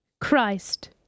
Christ